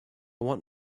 want